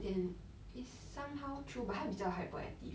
and it's somehow true but 他比较 hyperactive